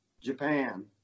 Japan